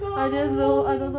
no